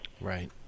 Right